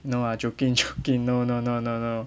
no ah joking joking no no no no no